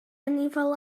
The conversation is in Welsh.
anifail